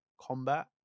combat